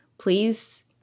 Please